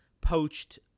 poached